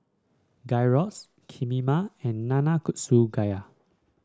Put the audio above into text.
Gyros Kheema and Nanakusa Gayu